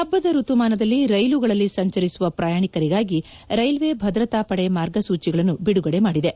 ಹಬ್ಬದ ಋತುಮಾನದಲ್ಲಿ ರೈಲುಗಳಲ್ಲಿ ಸಂಚರಿಸುವ ಪ್ರಯಾಣಿಕರಿಗಾಗಿ ರೈಲ್ವೆ ಭದ್ರತಾ ಪಡೆ ಮಾರ್ಗಸೂಚಿಗಳನ್ನು ಬಿದುಗಡೆ ಮಾದಿದೆ